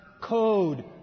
code